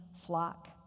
flock